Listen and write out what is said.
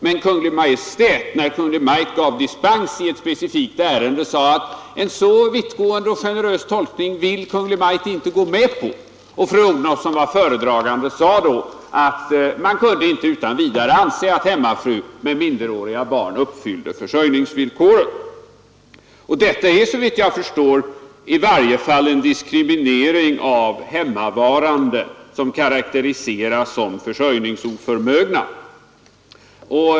Men när Kungl. Maj:t gav dispens i ett specifikt ärende, ville Kungl. Maj:t inte gå med på en sådan vittgående och generös tolkning Fru Odhnoff, som var föredragande, sade då att man inte utan vidare kunde anse att hemmafru med minderåriga barn uppfyllde försörjningsvillkoret. Detta är såvitt jag förstår i varje fall en diskriminering av hemmavarande, som karakteriseras som försörjningsoförmögna.